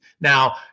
Now